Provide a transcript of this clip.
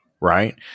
Right